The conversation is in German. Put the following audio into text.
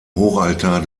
hochaltar